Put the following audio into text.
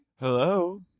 Hello